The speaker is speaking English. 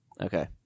Okay